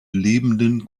lebenden